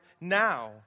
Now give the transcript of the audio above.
now